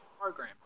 program